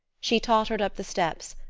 she tottered up the steps,